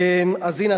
אז הנה,